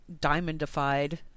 diamondified